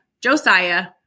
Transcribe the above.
Josiah